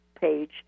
page